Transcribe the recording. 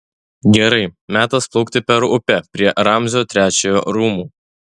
gerai metas plaukti per upę prie ramzio trečiojo rūmų